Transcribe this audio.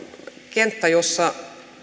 kenttä jossa